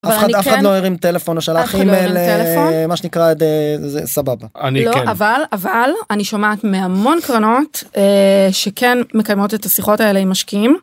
‫אף אחד לא הרים טלפון או שלח אימייל, ‫מה שנקרא, זה סבבה. ‫לא, אבל אני שומעת מהמון קרנות ‫שכן מקיימות את השיחות האלה עם משקיעים.